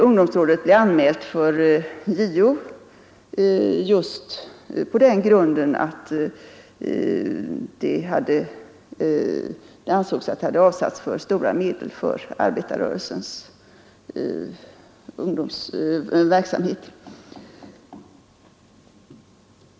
Ungdomsrådet blev anmält för JO just på den grunden att det ansågs att man hade avsatt för stora medel för arbetarrörelsens ungdomsverksamhet.